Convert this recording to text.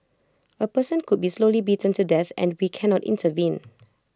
A person could be slowly beaten to death and we cannot intervene